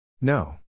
No